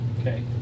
okay